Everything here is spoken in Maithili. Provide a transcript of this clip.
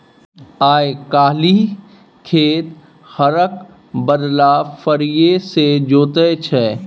आइ काल्हि खेत हरक बदला फारीए सँ जोताइ छै